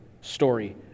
story